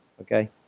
Okay